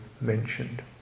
mentioned